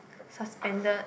suspended